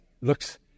looks